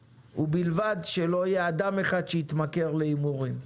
ובלבד שלא יהיה אדם אחד שיתמכר להימורים.